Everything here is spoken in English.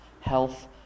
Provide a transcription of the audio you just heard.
Health